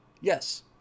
Yes